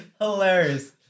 Hilarious